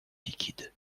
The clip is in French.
liquide